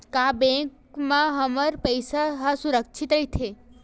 का बैंक म हमर पईसा ह सुरक्षित राइथे?